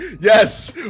Yes